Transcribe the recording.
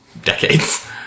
decades